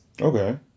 Okay